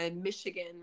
Michigan